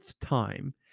time